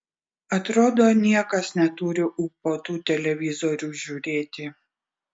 atrodo niekas neturi ūpo tų televizorių žiūrėti